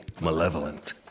malevolent